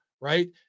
right